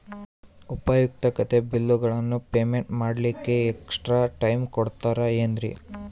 ಉಪಯುಕ್ತತೆ ಬಿಲ್ಲುಗಳ ಪೇಮೆಂಟ್ ಮಾಡ್ಲಿಕ್ಕೆ ಎಕ್ಸ್ಟ್ರಾ ಟೈಮ್ ಕೊಡ್ತೇರಾ ಏನ್ರಿ?